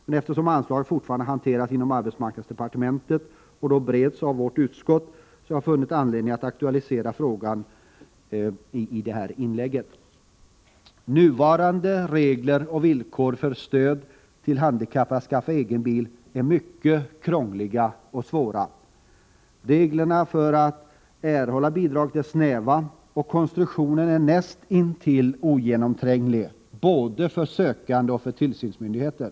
Men eftersom anslaget fortfarande hanteras inom arbetsmarknadsdepartementet, och då bereds av arbetsmarknadsutskottet, har jag funnit anledning att aktualisera frågan i detta inlägg. Nuvarande regler och villkor för stöd till handikappade när det gäller att skaffa egen bil är mycket krångliga och svåra. Reglerna för att erhålla bidrag är snäva, och konstruktionen är näst intill ogenomtränglig, både för sökande och för tillsynsmyndigheter.